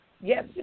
Yes